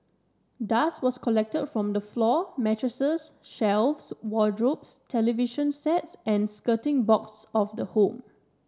dust was collected from the floor mattresses shelves wardrobes television sets and skirting boards of the home